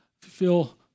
feel